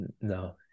no